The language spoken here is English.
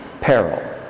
peril